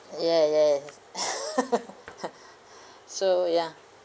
yeah yeah so ya